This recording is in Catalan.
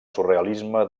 surrealisme